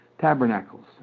Tabernacles